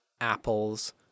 apples